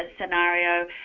scenario